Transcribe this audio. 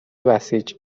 بسیج